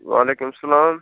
وعلیکُم سلام